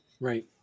Right